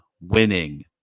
winning